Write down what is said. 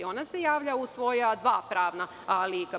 Ona se javlja u svoja dva pravna lika.